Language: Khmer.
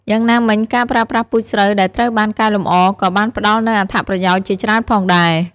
យ៉ាងណាមិញការប្រើប្រាស់ពូជស្រូវដែលត្រូវបានកែលម្អ ក៏បានផ្ដល់នូវអត្ថប្រយោជន៍ជាច្រើនផងដែរ។